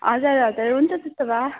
हजुर हजुर हुन्छ त्यसो भए